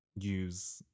use